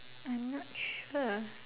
I'm not sure